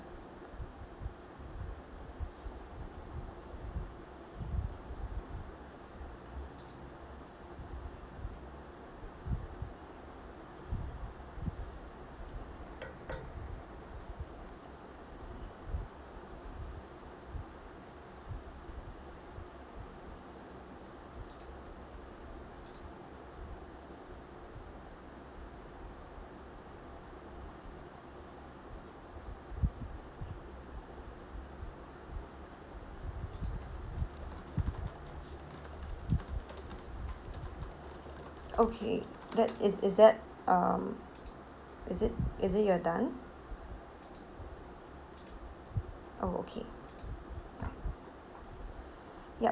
okay that is is that um is it is it you are done oh okay ya